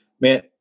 Man